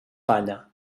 palla